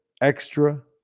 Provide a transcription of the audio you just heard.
extra